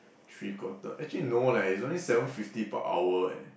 three quarter actually no leh it's only seven fifty per hour eh